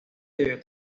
debió